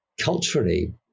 culturally